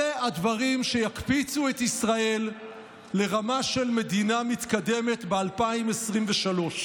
אלה הדברים שיקפיצו את ישראל לרמה של מדינה מתקדמת ב-2023.